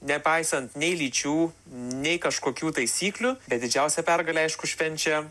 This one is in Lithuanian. nepaisant nei lyčių nei kažkokių taisyklių bet didžiausią pergalę aišku švenčia